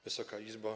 Wysoka Izbo!